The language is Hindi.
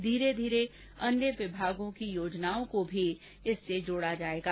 धीरे धीरे अन्य विमागों की योजनाओं को भी इससे जोड़ा जाएगा